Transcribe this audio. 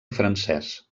francès